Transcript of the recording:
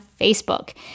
Facebook